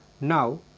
Now